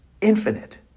infinite